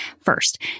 first